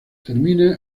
termina